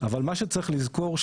אבל מה שצריך לזכור,